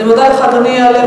אני מודה לך, אדוני.